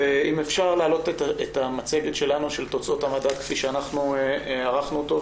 אם אפשר להעלות את המצגת שלנו של תוצאות המדד כפי שערכנו אותו.